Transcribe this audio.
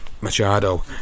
Machado